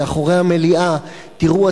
מאחורי המליאה: תראו,